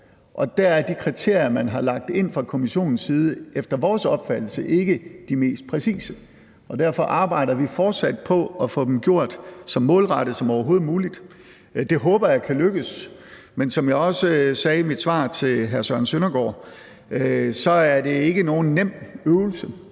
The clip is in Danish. og der er de kriterier, man har lagt ind fra Kommissionens side, efter vores opfattelse ikke de mest præcise, og derfor arbejder vi fortsat på at få dem gjort så målrettede som overhovedet muligt. Det håber jeg kan lykkes, men som jeg også sagde i mit svar til hr. Søren Søndergaard, så er det ikke nogen nem øvelse.